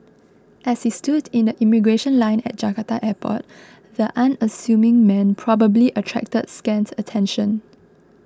as he stood in the immigration line at Jakarta airport the unassuming man probably attracted scant attention